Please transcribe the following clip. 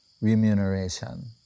remuneration